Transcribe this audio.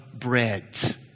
bread